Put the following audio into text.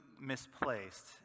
misplaced